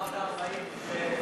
אמרת 40 לפני חצי שנה.